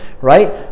right